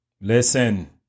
Listen